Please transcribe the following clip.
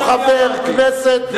הוא חבר כנסת במדינת ישראל.